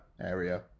area